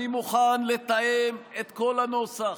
אני מוכן לתאם את כל הנוסח,